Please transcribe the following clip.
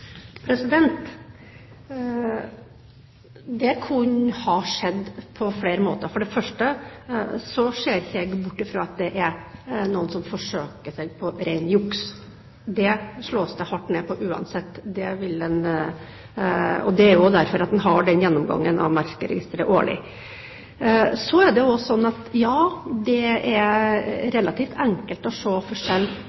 Det kan ha skjedd på flere måter. For det første ser ikke jeg bort fra at det er noen som forsøker seg på ren juks. Det slås det hardt ned på uansett. Det er derfor man har den gjennomgangen av merkeregisteret årlig. Det er relativt enkelt å se forskjell på rene fritidsfartøy og rene fiskefartøy. Jeg reiser veldig mye på kysten, og jeg ser at det faktisk er